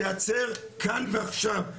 תיעצר כאן ועכשיו.